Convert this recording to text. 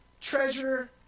treasure